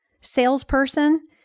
salesperson